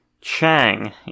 Chang